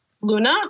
Luna